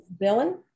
villain